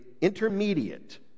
intermediate